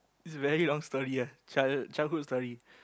this is a very long story ah child childhood story